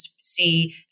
see